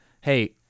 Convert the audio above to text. hey